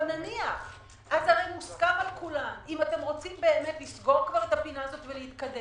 אבל מוסכם על כולם אם אתם רוצים באמת לסגור את הפינה הזאת ולהתקדם,